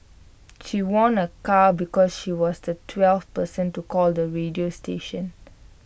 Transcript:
she won A car because she was the twelfth person to call the radio station